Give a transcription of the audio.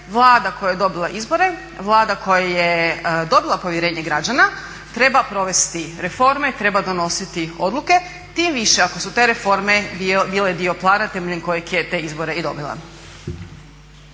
Vlada koja je dobila izbore, Vlada koja je dobila povjerenje građana treba provesti reforme, treba donositi odluke. Tim više ako su te reforme bile dio plana temeljem kojeg je te izbore i dobila.